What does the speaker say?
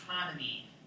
economy